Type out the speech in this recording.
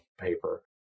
paper